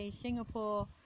singapore